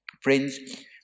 Friends